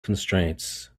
constraints